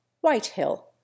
Whitehill